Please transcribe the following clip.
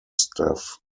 staff